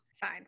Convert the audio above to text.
fine